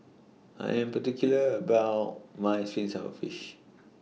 I Am particular about My Fish Sour Fish